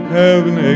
heaven